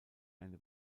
eine